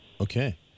Okay